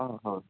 অঁ হয়